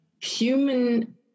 human